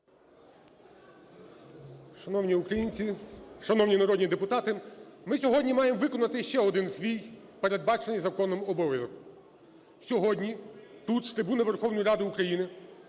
Шановні українці, шановні народні депутати! Ми сьогодні маємо виконати ще один свій, передбачений законом, обов'язок. Сьогодні тут, з трибуни Верховної Ради України,